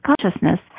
consciousness